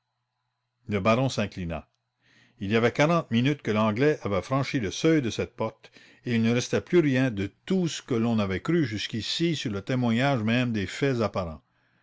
le baron s'inclina il y avait quarante minutes que l'anglais avait franchi le seuil de cette porte et il ne restait plus rien de tout ce que l'on avait cru jusqu'ici sur le témoignage même des faits apparents